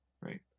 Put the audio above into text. right